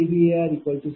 006 p